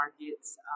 markets